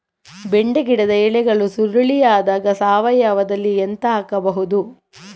ಬೆಂಡೆ ಗಿಡದ ಎಲೆಗಳು ಸುರುಳಿ ಆದಾಗ ಸಾವಯವದಲ್ಲಿ ಎಂತ ಹಾಕಬಹುದು?